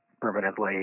permanently